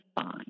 fine